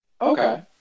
Okay